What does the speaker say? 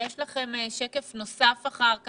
יש לכם שקף נוסף אחר כך,